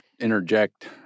interject